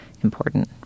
important